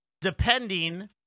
depending